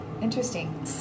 Interesting